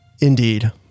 indeed